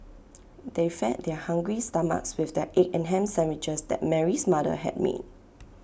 they fed their hungry stomachs with the egg and Ham Sandwiches that Mary's mother had made